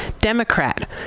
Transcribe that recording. Democrat